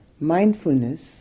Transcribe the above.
Mindfulness